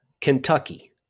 Kentucky